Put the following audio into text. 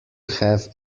have